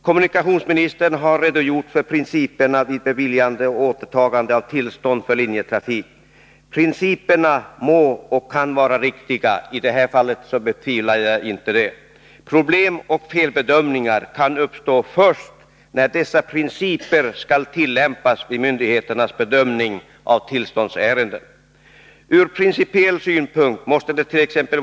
Kommunikationsministern har redogjort för principerna vid beviljande och återtagande av tillstånd för linjetrafik. Principerna må och kan vara riktiga. I detta fall betvivlar jag inte det. Problem och felbedömningar kan uppstå först när dessa principer skall tillämpas vid myndigheternas bedömning av tillståndsärenden. Ur principiell synpunkt måste dett.ex.